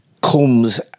comes